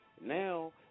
Now